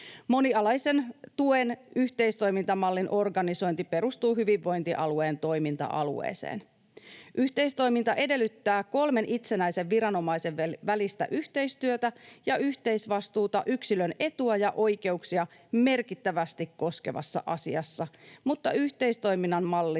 Monialaisen tuen yhteistoimintamallin organisointi perustuu hyvinvointialueen toiminta-alueeseen. Yhteistoiminta edellyttää kolmen itsenäisen viranomaisen välistä yhteistyötä ja yhteisvastuuta yksilön etua ja oikeuksia merkittävästi koskevassa asiassa, mutta yhteistoiminnan mallista